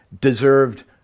deserved